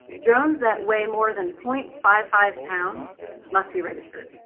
drones that weigh more than point five five pounds most be registered.